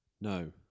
No